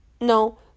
no